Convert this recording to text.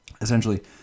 essentially